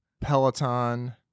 Peloton